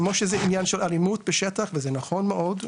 כמו שזה עניין של אלימות בשטח וזה נכון מאוד,